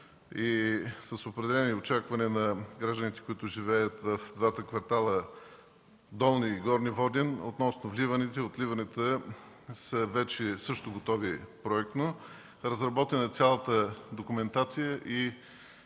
и с определени очаквания на гражданите, които живеят в двата квартала „Долни Воден” и „Горни Воден” относно вливането и отливането са вече също готови проектно. Разработена е цялата документация и